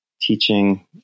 teaching